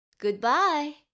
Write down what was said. Goodbye